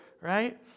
Right